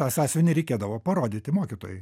tą sąsiuvinį reikėdavo parodyti mokytojui